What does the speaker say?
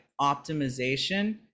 optimization